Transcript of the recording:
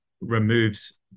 removes